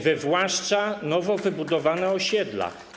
Wywłaszcza nowo wybudowane osiedla.